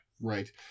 right